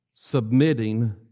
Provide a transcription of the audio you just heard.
submitting